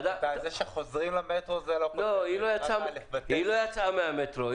זה שחוזרים למטרו זה לא --- היא לא יצאה מהמטרו.